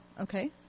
okay